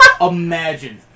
Imagine